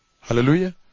Hallelujah